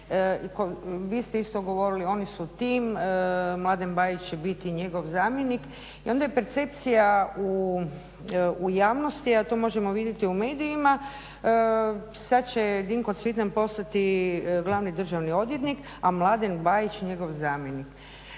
vi ste isto govorili oni su tim, Mladen Bajić će biti njegov zamjenik i onda je percepcija u javnosti a to možemo vidjeti u medijima, sad će Dinko Cvitan postati glavni državni odvjetnik a Mladen Bajić njegov zamjenik.